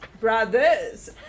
brothers